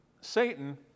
Satan